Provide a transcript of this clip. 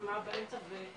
אני